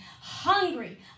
Hungry